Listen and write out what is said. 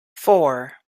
four